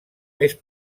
més